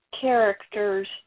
characters